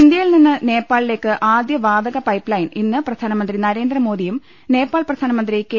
ഇന്ത്യയിൽ നിന്നു നേപ്പാളിലേക്ക് ആദ്യ വാതക പൈപ്പ്ലൈൻ ഇന്ന് പ്രധാനമന്ത്രി നരേന്ദ്രമോദിയും നേപ്പാൾ പ്രധാനമന്ത്രി കെ